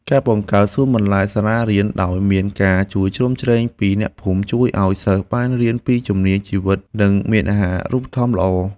ការបង្កើតសួនបន្លែសាលារៀនដោយមានការជួយជ្រោមជ្រែងពីអ្នកភូមិ ជួយឱ្យសិស្សបានរៀនពីជំនាញជីវិតនិងមានអាហារូបត្ថម្ភល្អ។